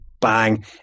bang